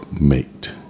mate